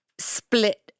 split